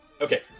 Okay